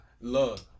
love